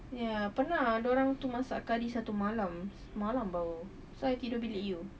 ya pernah ada orang itu masak curry satu malam semalam bau lepas itu I tidur bilik you